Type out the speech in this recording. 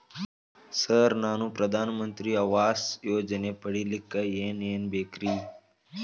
Sir ನಾನು ಪ್ರಧಾನ ಮಂತ್ರಿ ಆವಾಸ್ ಯೋಜನೆ ಪಡಿಯಲ್ಲಿಕ್ಕ್ ಏನ್ ಏನ್ ಬೇಕ್ರಿ?